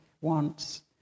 wants